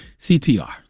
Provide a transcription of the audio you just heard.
CTR